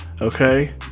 okay